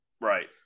Right